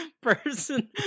person